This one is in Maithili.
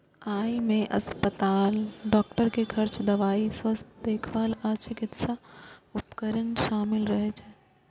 अय मे अस्पताल, डॉक्टर के खर्च, दवाइ, स्वास्थ्य देखभाल आ चिकित्सा उपकरण शामिल रहै छै